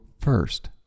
first